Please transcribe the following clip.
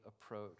approach